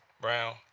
Brown